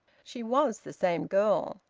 she was the same girl.